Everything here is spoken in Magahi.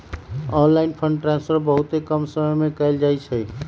ऑनलाइन फंड ट्रांसफर बहुते कम समय में कएल जाइ छइ